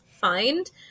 find